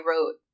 wrote